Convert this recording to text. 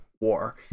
War